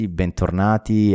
bentornati